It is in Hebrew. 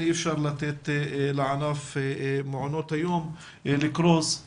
אי אפשר לתת לענף מעונות היום לקרוס